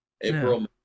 April